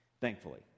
thankfully